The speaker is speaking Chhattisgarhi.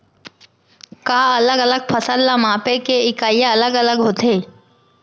का अलग अलग फसल ला मापे के इकाइयां अलग अलग होथे?